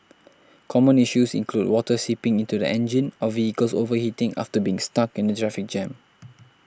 common issues include water seeping into the engine or vehicles overheating after being stuck in a traffic jam